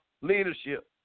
leadership